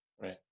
right